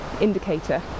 indicator